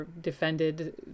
defended